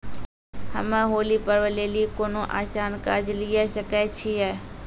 हम्मय होली पर्व लेली कोनो आसान कर्ज लिये सकय छियै?